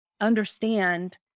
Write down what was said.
understand